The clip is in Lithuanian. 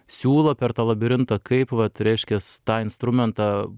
siūlą per tą labirintą kaip vat reiškias tą instrumentą